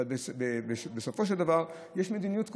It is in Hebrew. אבל בסופו של דבר יש מדיניות כוללת,